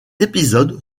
épisode